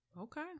Okay